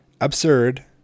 Absurd